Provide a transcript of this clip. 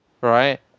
right